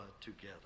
together